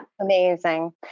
Amazing